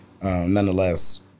Nonetheless